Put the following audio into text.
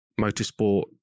motorsport